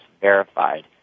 verified